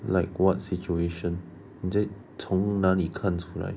like what situation 你在从哪里看出来